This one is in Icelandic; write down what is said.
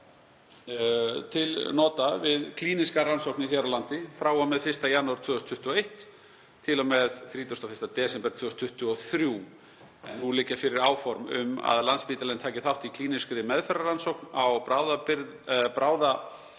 til nota við klínískar rannsóknir hér á landi frá og með 1. janúar 2021 til og með 31. desember 2023 en nú liggja fyrir áform um að Landspítalinn taki þátt í klínískri meðferðarrannsókn á bráðaeitilfrumuhvítblæði